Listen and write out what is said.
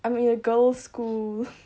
I'm in a girls' school